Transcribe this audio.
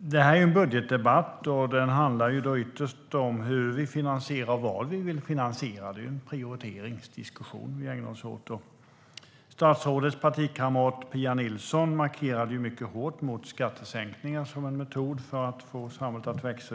Det här är en budgetdebatt. Den handlar ytterst om hur vi finansierar och vad vi vill finansiera. Det är en prioriteringsdiskussion vi ägnar oss åt. Statsrådets partikamrat Pia Nilsson markerade mycket hårt mot skattesänkningar som metod för att få samhället att växa.